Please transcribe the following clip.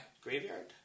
Graveyard